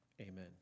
amen